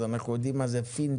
אז אנחנו יודעים פינטק,